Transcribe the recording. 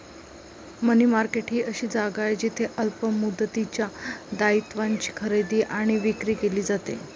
मनी market ही अशी जागा आहे जिथे अल्प मुदतीच्या दायित्वांची खरेदी आणि विक्री केली जाते